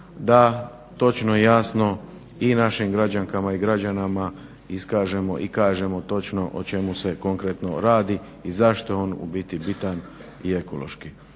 da točno i jasno i našim građankama i građanima iskažemo i kažemo točno o čemu se konkretno radi i zašto je on u biti bitan i ekološki.